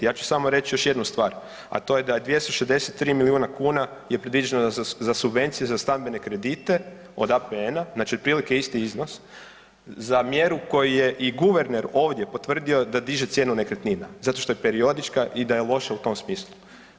Ja ću samo reći još jednu stvar, a to je da je 263 milijuna kuna predviđeno za subvencije za stambene kredite od APN-a, znači otprilike isti iznos za mjeru koju je i guverner ovdje potvrdio da diže cijenu nekretnina zato što je periodička i da je loša u tom smislu.